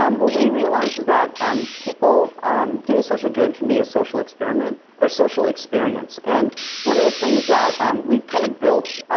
um what we realize is that um people doing social good can be a social experiment or social experience. and one of the things that um we kind of built